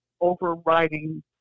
overriding